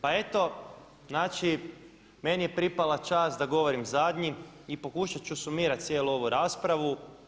Pa eto znači meni je pripala čast da govorim zadnji i pokušat ću sumirati cijelu ovu raspravu.